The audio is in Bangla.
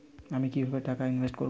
আমি কিভাবে টাকা ইনভেস্ট করব?